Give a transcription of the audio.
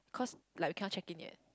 cause like we cannot check in yet